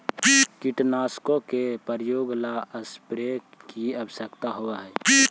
कीटनाशकों के प्रयोग ला स्प्रेयर की आवश्यकता होव हई